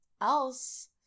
else